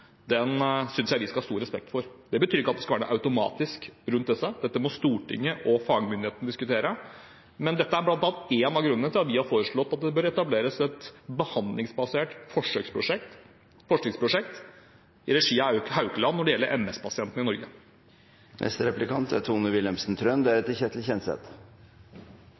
den følelsen – at jeg kan kanskje bli frisk, bare jeg får tilgang på en ny medisin eller en ny behandlingsform ganske raskt – synes jeg vi skal ha stor respekt for. Det betyr ikke at det skal være noe automatikk i noe rundt dette; dette må Stortinget og fagmyndighetene diskutere. Men dette er bl.a. en av grunnene til at vi har foreslått at det bør etableres et behandlingsbasert forskningsprosjekt i regi av Haukeland